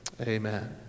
Amen